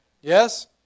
Yes